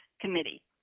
Committee